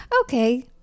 Okay